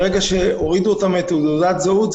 ברגע שהורידו את השם שלהם מתעודת הזהות,